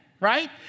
Right